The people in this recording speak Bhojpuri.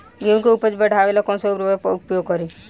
गेहूँ के उपज बढ़ावेला कौन सा उर्वरक उपयोग करीं?